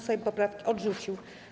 Sejm poprawki odrzucił.